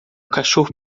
cachorro